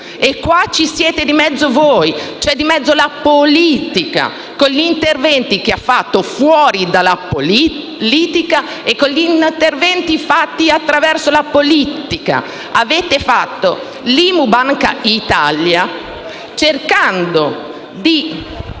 E qua ci siete di mezzo voi, c'è di mezzo la politica, con gli interventi che ha fatto fuori dalla politica e con gli interventi fatti attraverso la politica. Avete fatto il decreto-legge IMU-Bankitalia cercando di